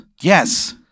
yes